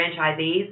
franchisees